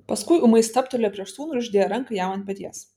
paskui ūmai stabtelėjo prieš sūnų ir uždėjo ranką jam ant peties